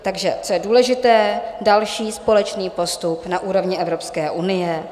Takže co je důležité, je další společný postup na úrovni Evropské unie.